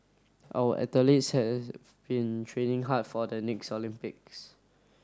our athletes has been training hard for the next Olympics